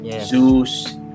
Zeus